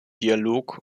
dialog